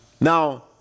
Now